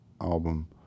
album